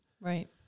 Right